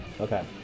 Okay